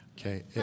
Okay